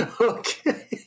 okay